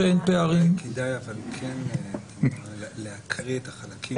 כדאי אבל להקריא את החלקים.